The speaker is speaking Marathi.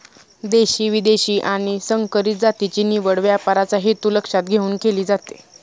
देशी, विदेशी आणि संकरित जातीची निवड व्यापाराचा हेतू लक्षात घेऊन केली जाते